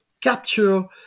capture